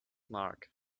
mark